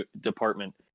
department